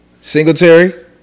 Singletary